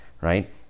right